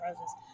roses